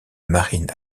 marine